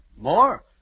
More